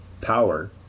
power